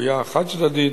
הקרויה החד-צדדית,